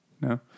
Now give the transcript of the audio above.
No